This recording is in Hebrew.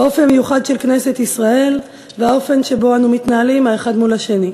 האופי המיוחד של כנסת ישראל והאופן שבו אנו מתנהלים זה מול זה.